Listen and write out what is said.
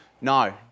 No